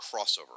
crossover